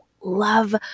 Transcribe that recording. love